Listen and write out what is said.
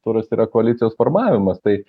turas yra koalicijos formavimas tai